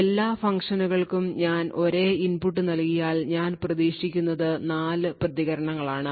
എല്ലാ ഫംഗ്ഷനുകൾക്കും ഞാൻ ഒരേ ഇൻപുട്ട് നൽകിയാൽ ഞാൻ പ്രതീക്ഷിക്കുന്നത് 4 പ്രതികരണങ്ങളാണ്